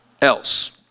else